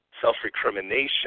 self-recrimination